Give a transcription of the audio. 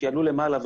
שיעלו למעלה,